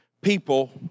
people